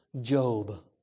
Job